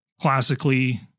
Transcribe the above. classically